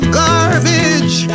garbage